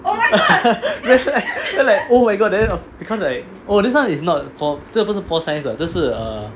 then like oh my god then because like oh this [one] not 这个不是 pure science 的这是 uh